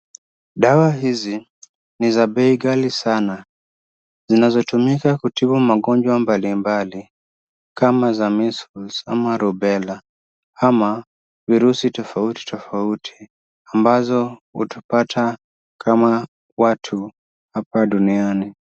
Dawa hizi ni za bei ghali sana zinazotumika kutibu magonjwa mbalimbali, kama za measles ama Rubella ama virusi tofauti tofauti ambazo hutupata kama watu hapa duniani.